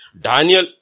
Daniel